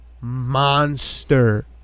monster